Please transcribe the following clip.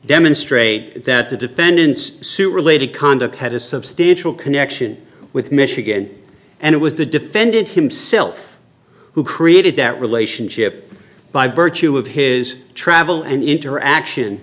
demonstrate that the defendants suit related conduct had a substantial connection with michigan and it was the defendant himself who created that relationship by virtue of his travel and interaction